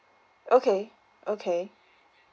okay okay